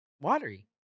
Watery